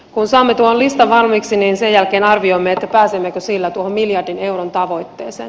kun saamme tuon listan valmiiksi niin sen jälkeen arvioimme pääsemmekö sillä tuohon miljardin euron tavoitteeseen